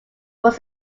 was